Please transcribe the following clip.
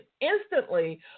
instantly